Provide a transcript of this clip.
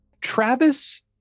Travis